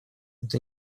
это